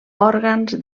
òrgans